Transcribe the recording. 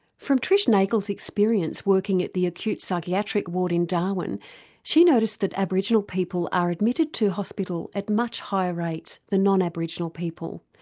from trish nagel's experience working at the acute psychiatric ward in darwin she noticed that aboriginal people are admitted to hospital at much higher rates that non-aboriginal people.